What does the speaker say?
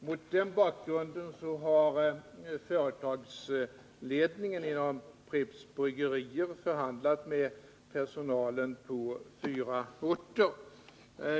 Mot denna bakgrund har företagsledningen vid Pripps Bryggerier förhandlat med personalen på fyra orter.